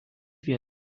werden